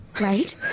Right